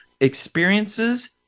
experiences